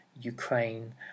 Ukraine